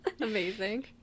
Amazing